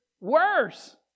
worse